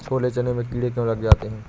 छोले चने में कीड़े क्यो लग जाते हैं?